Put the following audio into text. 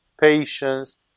patience